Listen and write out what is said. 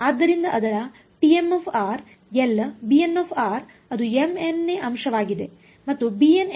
ಆದ್ದರಿಂದ ಅದರ ಅದು mn ನೇ ಅಂಶವಾಗಿದೆ ಮತ್ತು bn ಎಂದರೇನು